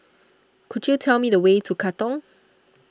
could you tell me the way to Katong